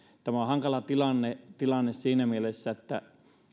tämä on hankala tilanne tilanne siinä mielessä että